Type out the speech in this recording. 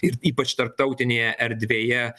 ir ypač tarptautinėje erdvėje